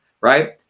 right